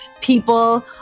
people